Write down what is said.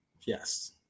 yes